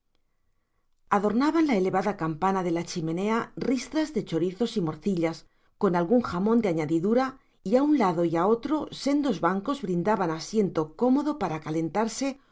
adornaban la elevada campana de la chimenea ristras de chorizos y morcillas con algún jamón de añadidura y a un lado y a otro sendos bancos brindaban asiento cómodo para calentarse